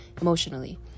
emotionally